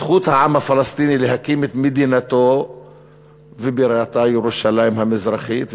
זכות העם הפלסטיני להקים את מדינתו ובירתה ירושלים המזרחית.